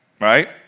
right